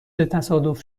تصادف